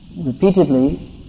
repeatedly